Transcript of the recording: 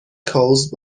caused